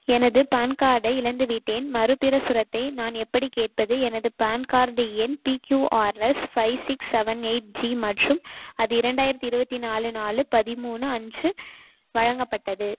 எனது பான் கார்டை இழந்துவிட்டேன் மறுபிரசுரத்தை நான் எப்படிக் கேட்பது எனது பான் கார்டு எண் P Q R S five six seven eight G மற்றும் அது இரண்டாயிரத்தி இருபத்தி நாலு நாலு பதிமூணு அன்று வழங்கப்பட்டது